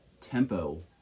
tempo